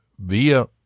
via